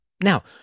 Now